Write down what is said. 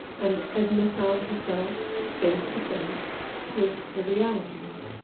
and edna found herself face to face with the realities.